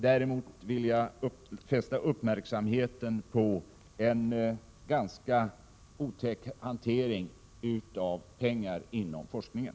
Däremot vill jag fästa uppmärksamheten på en ganska otäck hantering av pengar inom forskningen.